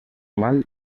mal